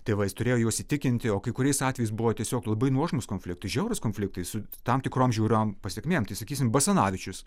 tėvais turėjo juos įtikinti o kai kuriais atvejais buvo tiesiog labai nuožmūs konfliktai žiaurūs konfliktai su tam tikrom žiauriom pasekmėm tai sakysim basanavičius